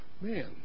Man